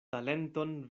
talenton